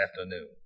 afternoon